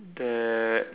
that